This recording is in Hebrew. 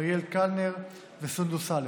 אריאל קלנר וסונדוס סאלח.